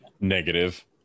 Negative